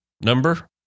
number